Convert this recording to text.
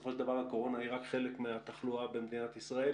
בסופו של דבר הקורונה היא רק חלק מהתחלואה במדינת ישראל.